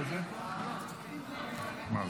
חברי הכנסת, האמת שבשעת דמדומי חמה זו נאמר